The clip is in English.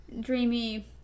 dreamy